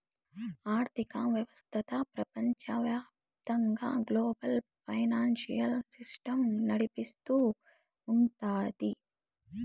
ఆర్థిక వ్యవస్థ ప్రపంచవ్యాప్తంగా గ్లోబల్ ఫైనాన్సియల్ సిస్టమ్ నడిపిస్తూ ఉంటది